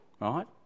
Right